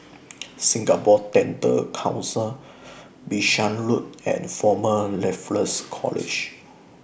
Singapore Dental Council Bishan Road and Former Raffles College